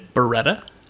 Beretta